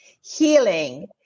healing